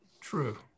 true